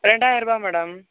ரெண்டாயரூவா madam